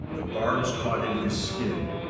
the barbs caught in his skin,